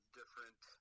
different